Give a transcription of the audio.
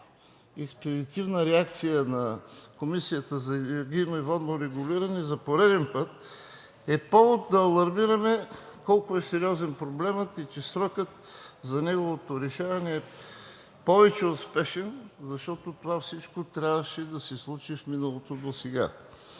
на експедитивна реакция на Комисията за енергийно и водно регулиране за пореден път е повод да алармираме колко е сериозен проблемът и че срокът за неговото решаване е повече от спешен, защото всичко това досега трябваше да се случи в миналото.